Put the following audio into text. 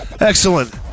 Excellent